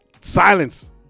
silence